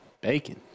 bacon